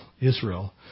Israel